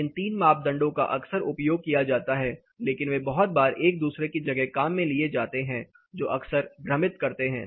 इन तीन मापदंडों का अक्सर उपयोग किया जाता है लेकिन वे बहुत बार एक दूसरे की जगह काम में लिए जाते हैं जो अक्सर भ्रमित करते हैं